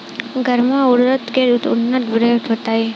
गर्मा उरद के उन्नत प्रभेद बताई?